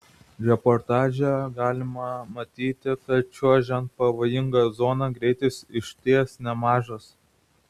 reportaže galima matyti kad čiuožiant pavojinga zona greitis iš ties nemažas